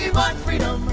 yeah my freedom.